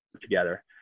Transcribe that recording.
together